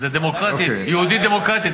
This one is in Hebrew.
זה דמוקרטית, יהודית-דמוקרטית.